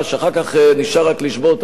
אחר כך נשאר רק לשבור את הראש,